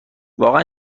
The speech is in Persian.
واقعا